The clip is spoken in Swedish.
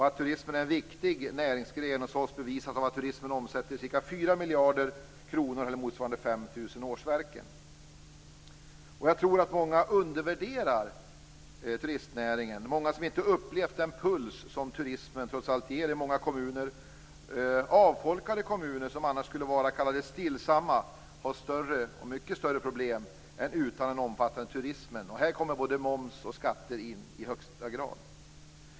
Att turismen är en viktig näringsgren hos oss bevisas av att turismen omsätter ca 4 miljarder kronor eller motsvarande ca 5 000 Jag tror att många undervärderar turistnäringen - många som inte har upplevt den puls som turismen trots allt ger i många kommuner, bl.a. avfolkade kommuner, som annars skulle vara "stillsamma" och ha mycket större problem utan den omfattande turismen. Här kommer både moms och skatter in i högsta grad.